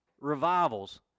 revivals